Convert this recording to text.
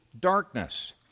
darkness